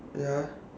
ya ah